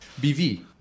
BV